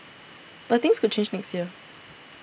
but things could change next year